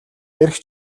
эрх